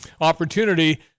opportunity